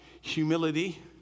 humility